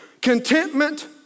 Contentment